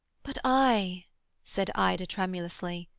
but i said ida, tremulously,